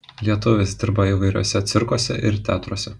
lietuvis dirba įvairiuose cirkuose ir teatruose